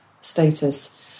status